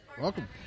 Welcome